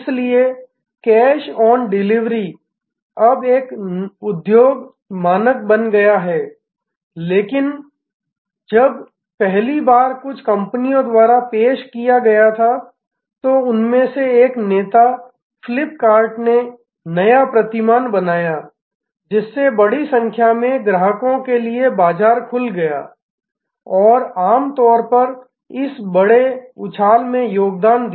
इसलिए cash on delivery अब एक उद्योग मानक बन गया है लेकिन जब पहली बार कुछ कंपनियों द्वारा पेश किया गया था तो उनमें से एक नेता फ्लिपकार्ट ने एक नया प्रतिमान बनाया जिससे बड़ी संख्या में ग्राहकों के लिए बाजार खुल गया और आम तौर पर इस बड़े उछाल में योगदान दिया